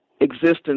existence